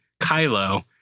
Kylo